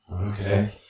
Okay